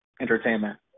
entertainment